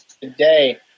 today